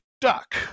Duck